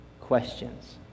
questions